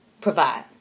provide